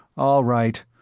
all right.